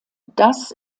das